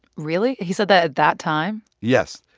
really? he said that at that time? yes.